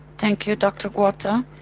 thank you dr but